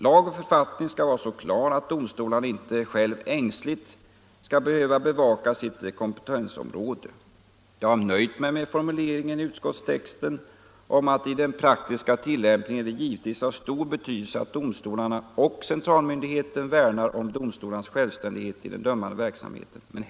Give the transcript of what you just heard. Lag och författning skall vara så klara att domstolarna inte själva ängsligt skall behöva bevaka sitt kompetensområde. Jag har dock nöjt mig med formuleringen i utskottstexten, att vid den praktiska tilllämpningen är det givetvis av stor betydelse att domstolarna och centralmyndigheten värnar om domstolarnas självständighet i den dömande verksamheten.